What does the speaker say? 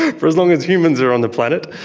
for as long as humans are on the planet.